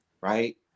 right